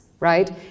right